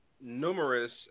Numerous